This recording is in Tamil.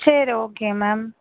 சரி ஓகே மேம்